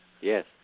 Yes